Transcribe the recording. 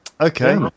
okay